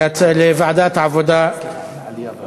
לוועדת העלייה והקליטה.